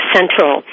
Central